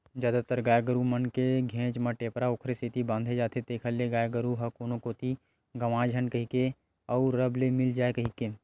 जादातर गाय गरु मन के घेंच म टेपरा ओखरे सेती बांधे जाथे जेखर ले गाय गरु ह कोनो कोती गंवाए झन कहिके अउ रब ले मिल जाय कहिके